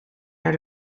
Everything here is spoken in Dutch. naar